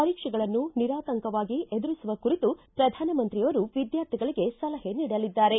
ಪರೀಕ್ಷೆಗಳನ್ನು ನಿರಾತಂಕವಾಗಿ ಎದುರಿಸುವ ಕುರಿತು ಪ್ರಧಾನಮಂತ್ರಿಯವರು ವಿದ್ಯಾರ್ಥಿಗಳಿಗೆ ಸಲಹೆ ನೀಡಲಿದ್ದಾರೆ